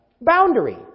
boundary